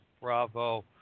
Bravo